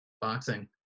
boxing